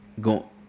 go